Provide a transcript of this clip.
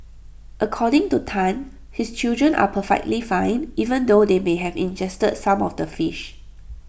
according to Tan his children are perfectly fine even though they may have ingested some of the fish